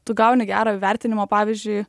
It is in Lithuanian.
tu gauni gero įvertinimo pavyzdžiui